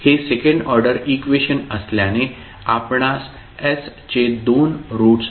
हे second order equation असल्याने आपणास s चे दोन रूट्स मिळतील